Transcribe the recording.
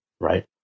Right